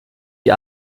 die